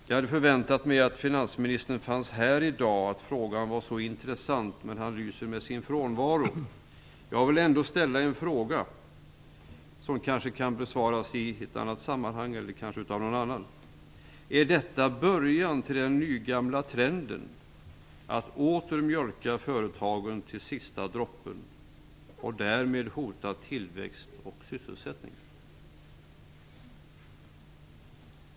Jag hade förväntat mig att frågan varit så intressant för finansministern att han skulle ha funnits här i dag, men han lyser med sin frånvaro. Jag vill ändå ställa en fråga som kanske kan besvaras i ett annat sammanhang eller kanske av någon annan: Är detta början till den nygamla trenden att åter mjölka företagen till sista droppen och därmed hota tillväxt och sysselsättning?